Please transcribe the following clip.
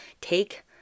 take